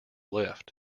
lift